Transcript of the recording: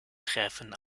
treffen